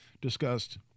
discussed